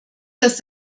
dass